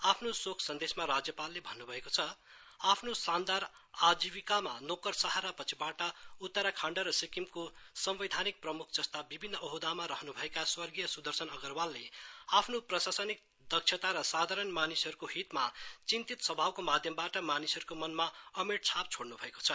आफ्नो शोक संदेशमा राज्यपालले भन्नुभएको छ आफ्नो शानदार आजिविकामा नोकरशाह र पछिबाट उत्तराखण्ड र सिक्किमको संर्वेधानिक प्रमुख जस्ता विभिन्न अहोदामा रहनु स्वर्गीय सुदर्शन अगरवालले आफ्नो प्रशासनिक दक्षता र साधारण मानिसहरूको हितमा चिन्तित स्वभावको माध्यमबाट मानिसहरूको मनमा अमेट छाप छोड़नु भएको छ